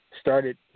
started